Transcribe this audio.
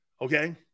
okay